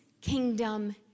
kingdom